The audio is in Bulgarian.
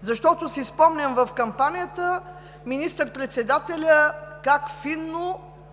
Защото си спомням в кампанията как министър председателят фино